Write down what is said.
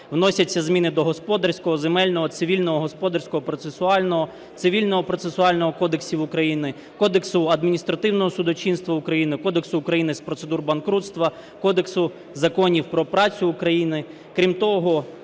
вносяться зміни до Господарського, Земельного, Цивільного, Господарського, Процесуального, Цивільно-процесуального кодексів України, Кодексу адміністративного судочинства України, Кодексу України з процедур банкрутства, Кодексу законів про працю України. Крім того,